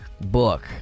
book